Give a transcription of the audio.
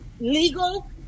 Legal